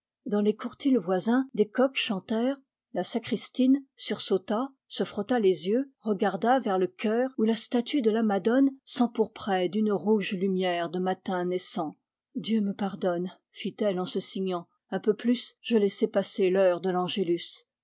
dans les courtils voisins des coqs chantèrent la sacristine sursauta se frotta les yeux regarda vers le chœur où la statue de la madone s'empourprait d'une rouge lumière de matin naissant dieu me pardonne fit-elle en se signant un peu plus je laissais passer l'heure de l'angélus